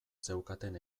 zeukaten